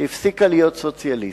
שהפסיקה להיות סוציאליסטית,